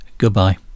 Goodbye